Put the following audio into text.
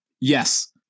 Yes